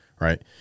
Right